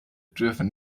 dürfen